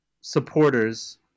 supporters